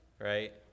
right